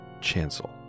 chancel